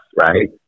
right